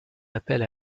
appel